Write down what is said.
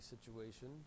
situation